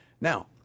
Now